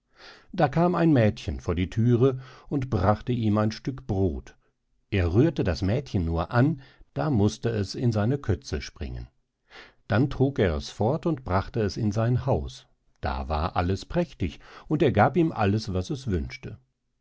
da kam ein mädchen vor die thüre und brachte ihm ein stück brod er rührte das mädchen nur an da mußte es in seine kötze springen dann trug er es fort und brachte es in sein haus da war alles prächtig und er gab ihm alles was es wünschte